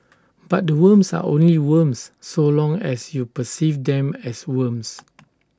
but the worms are only worms so long as you perceive them as worms